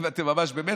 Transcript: אם אתם ממש במתח,